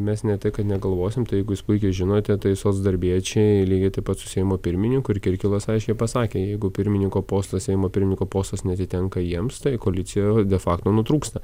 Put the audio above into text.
mes ne tik kad negalvosim jeigu jūs puikiai žinote tai socdarbiečiai lygiai taip pat su seimo pirmininku ir kirkilas aiškiai pasakė jeigu pirmininko posto seimo pirmininko postas neatitenka jiems tai koalicija de facto nutrūksta